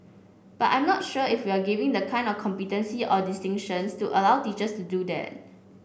but I'm not sure if we're giving the kind of competency or distinctions to allow teachers to do that